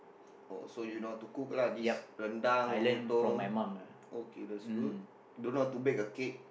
oh so you know how to cook lah this rendang Lontong okay that's good don't know how to bake a cake